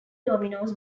dominoes